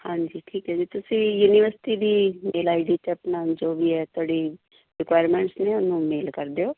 ਹਾਂਜੀ ਠੀਕ ਹੈ ਜੀ ਤੁਸੀਂ ਯੂਨੀਵਰਸਿਟੀ ਦੀ ਮੇਲ ਆਈ ਡੀ 'ਤੇ ਆਪਣਾ ਜੋ ਵੀ ਹੈ ਤੁਹਾਡੀ ਰਿਕੁਆਇਰਮੈਂਟਸ ਨੇ ਉਹਨਾਂ ਨੂੰ ਮੇਲ ਕਰ ਦਿਓ